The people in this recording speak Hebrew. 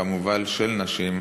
וכמובן של נשים,